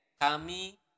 Kami